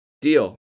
deal